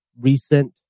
recent